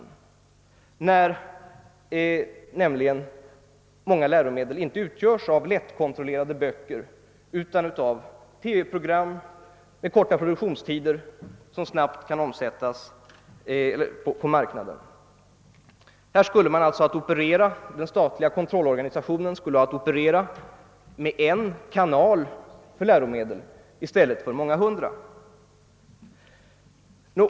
Många läromedel kommer nämligen att utgöras inte av lättkontrollerade böcker utan av TV-program med korta produktionstider som snabbt kan omsättas på marknaden. Här skulle den statliga kontrollorganisationen alltså ha att operera med en kanal för läromedel i stället för många hundra.